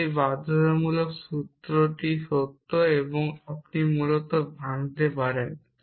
তবে এই বাধ্যতামূলক সূত্রটি সত্য এবং আপনি মূলত ভাঙ্গতে পারেন